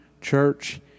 church